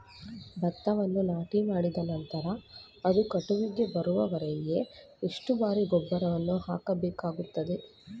ಭತ್ತವನ್ನು ನಾಟಿಮಾಡಿದ ನಂತರ ಅದು ಕಟಾವಿಗೆ ಬರುವವರೆಗೆ ಎಷ್ಟು ಬಾರಿ ಗೊಬ್ಬರವನ್ನು ಹಾಕಬೇಕಾಗುತ್ತದೆ?